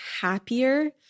happier